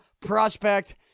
prospect